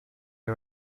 are